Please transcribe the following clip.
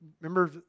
Remember